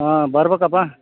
ಹಾಂ ಬರಬೇಕಪ್ಪ